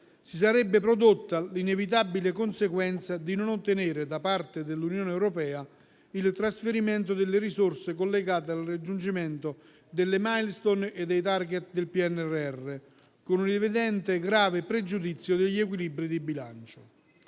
si sarebbe prodotta l'inevitabile conseguenza di non ottenere da parte dell'Unione europea il trasferimento delle risorse collegate al raggiungimento delle *milestone* e dei *target* del PNRR, con un evidente e grave pregiudizio degli equilibri di bilancio.